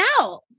out